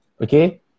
okay